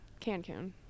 Cancun